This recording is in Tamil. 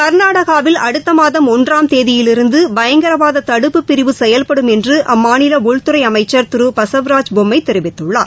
கர்நாடகாவில் அடுத்தமாதம் ஒன்றாம் தேதியிலிருந்துபயங்கரவாததடுப்புப்பிரிவு செயல்படும் என்றுஅம்மாநிலஉள்துறைஅமைச்சர் திருபசவராஜ் பொம்மைதெரிவித்துள்ளார்